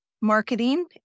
marketing